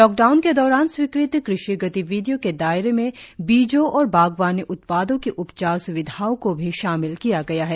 lockdown के दौरान स्वीकृत कृषि गतिविधियों के दायरे में बीजों और बागवानी उत्पादों की उपचार स्विधाओं को भी शामिल किया गया है